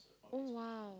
oh !wow!